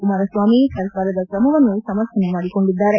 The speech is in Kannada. ಕುಮಾರಸ್ವಾಮಿ ಸರ್ಕಾರದ ಕ್ರಮವನ್ನು ಸಮರ್ಥನೆ ಮಾಡಿಕೊಂಡಿದ್ದಾರೆ